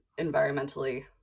environmentally